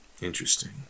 Interesting